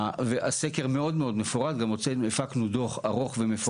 הסקר מאוד מאוד מפורט, גם הפקנו דוח ארוך ומפורט.